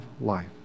life